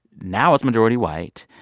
now it's majority white.